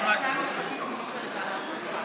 למה השינוי הזה?